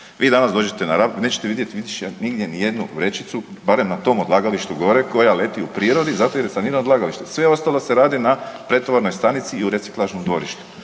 Vi danas dođete na Rab nećete vidjet više nigdje ni jednu vrećicu barem na tom odlagalištu gore koja leti u prirodi zato jer je sanirano odlagalište. Sve ostalo se radi na pretovarnoj stanici i u reciklažnom dvorištu.